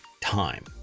time